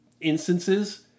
instances